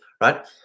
right